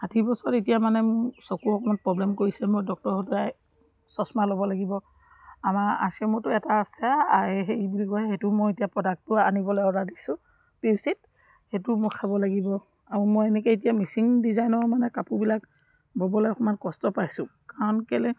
ষাঠি বছৰ এতিয়া মানে মোৰ চকুৰ অকণমান প্ৰব্লেম কৰিছে মই ডক্তৰৰ হতোৱাই চশমা ল'ব লাগিব আমাৰ আৰ চি এমটো এটা আছে হেৰি কি বুলি কয় সেইটো মই এতিয়া প্ৰডাক্টটো আনিবলৈ অৰ্ডাৰ দিছোঁ পিউচিত সেইটো মই খাব লাগিব আৰু মই এনেকৈ এতিয়া মিচিং ডিজাইনৰ মানে কাপোৰবিলাক ব'বলৈ অকণমান কষ্ট পাইছোঁ কাৰণ কেলে